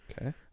Okay